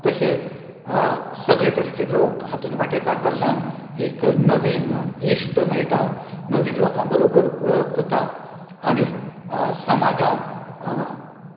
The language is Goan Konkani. तशेंच सगळें तरेचे लोक हातूंत वांटेकार जाल्ल्यान एक नवीन इश्ट मेळटात नवीन लोकां बरोबर वळख जाता आनी समाजांत